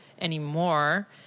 anymore